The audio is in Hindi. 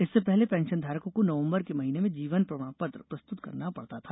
इससे पहले पेंशनधारकों को नवंबर के महीने में जीवन प्रमाण पत्र प्रस्तुत करना पडता था